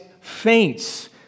faints